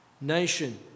nation